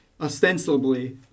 ostensibly